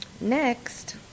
Next